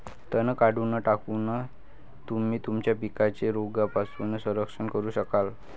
तण काढून टाकून, तुम्ही तुमच्या पिकांचे रोगांपासून संरक्षण करू शकाल